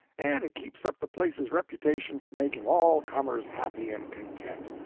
and it keeps up the place's reputation for making all comers happy and content.